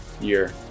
Year